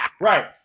Right